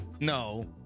No